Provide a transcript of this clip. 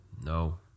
no